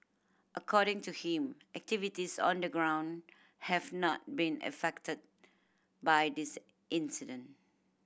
according to him activities on the ground have not been affected by this incident